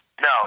No